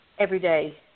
Everyday